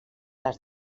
les